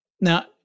Now